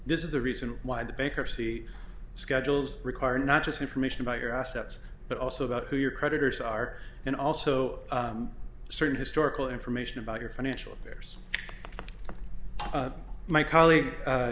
this is the reason why the bankruptcy schedules require not just information about your assets but also about who your creditors are and also certain historical information about your financial affairs my coll